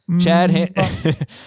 Chad